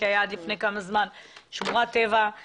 שהיה עד לפני כמה זמן שמורת טבע,